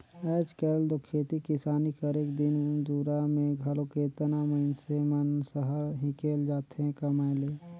आएज काएल दो खेती किसानी करेक दिन दुरा में घलो केतना मइनसे मन सहर हिंकेल जाथें कमाए ले